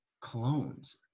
clones